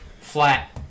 flat